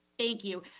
thank you.